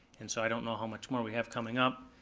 and so i don't know know much more we have coming up.